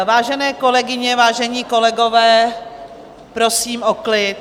Vážené kolegyně, vážení kolegové, prosím o klid.